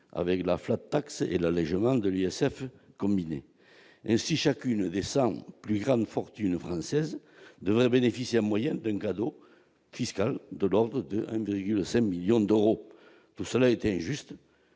avec la flat taxe et l'allégement de l'ISF combiné et si chacune des 100 plus grandes fortunes françaises devraient bénéficier à moyenne d'un cadeau fiscal de l'ordre de grille de 5 millions d'Europe, tout cela est injuste